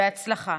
בהצלחה.